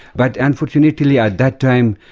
but unfortunately, at that time,